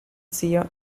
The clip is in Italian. zio